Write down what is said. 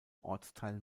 ortsteil